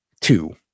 two